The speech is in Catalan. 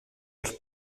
els